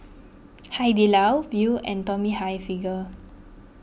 Hai Di Lao Viu and Tommy Hilfiger